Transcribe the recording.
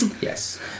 Yes